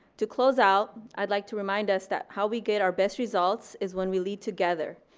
to close out, i'd like to remind us that how we get our best results is when we lead together.